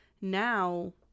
now